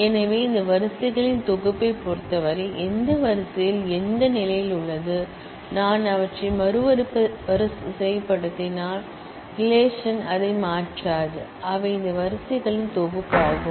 எனவே இந்த வரிசைகளின் தொகுப்பைப் பொறுத்தவரை எந்த வரிசையில் எந்த நிலையில் உள்ளது நான் அவற்றை மறுவரிசைப்படுத்தினால் ரிலேஷன்அதை மாற்றாது அவை இந்த வரிசைகளின் தொகுப்பாகும்